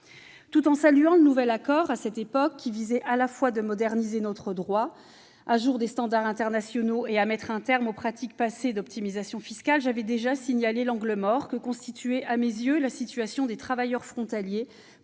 Tout en saluant le nouvel accord, qui visait à la fois à moderniser notre droit pour prendre en compte les standards internationaux et à mettre un terme aux pratiques passées d'optimisation fiscale, j'avais déjà signalé à l'époque l'angle mort que constituait, à mes yeux, la situation des travailleurs frontaliers,